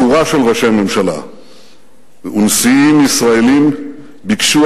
שורה של ראשי ממשלה ונשיאים ישראלים ביקשו